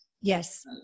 Yes